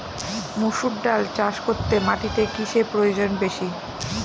মুসুর ডাল চাষ করতে মাটিতে কিসে প্রয়োজন বেশী?